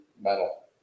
metal